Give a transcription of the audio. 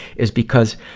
is because,